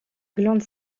glandes